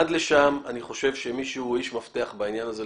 עד לשם אני חושב שמי שהוא איש מפתח בעניין הזה,